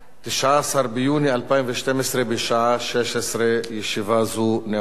19 ביוני 2012, בשעה 16:00. ישיבה זו נעולה.